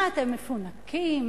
מה אתם, מפונקים?